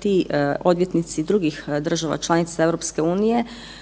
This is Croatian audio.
ti odvjetnici drugih država članica EU unutar